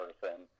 person